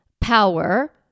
power